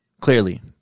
Clearly